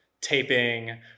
taping